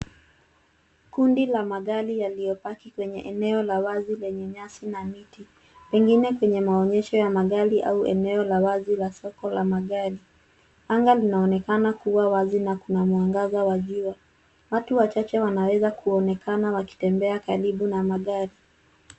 Kundi la magari yaliyopaki kwenye eneo la wazi lenye nyasi na miti, pengine kwenye maonyesho ya magari au eneo la wazi la soko la magari. Anga linaonekana kuwa wazi na kuna mwangaza wa jua. Watu wachache wanaweza kuonekana wakitembea karibu na magari.